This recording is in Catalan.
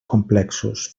complexos